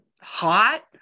hot